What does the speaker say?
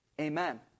Amen